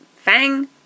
Fang